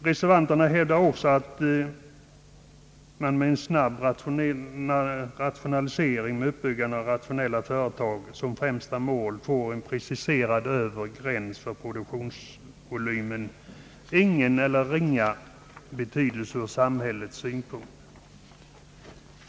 Reservanterna hävdar också att med en snabb rationalisering med uppbyggande av rationella företag som främsta mål får en preciserad övre gräns för produktionsvolymen ingen eller ringa betydelse ur samhällets synpunkt.